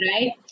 right